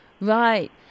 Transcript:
Right